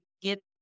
get